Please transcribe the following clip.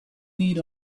need